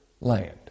land